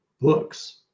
books